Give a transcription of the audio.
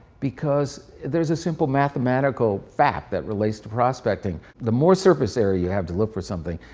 because there's a simple mathematical fact that relates to prospecting. the more surface area you have to look for something,